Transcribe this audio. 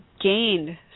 gained